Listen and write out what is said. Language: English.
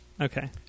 Okay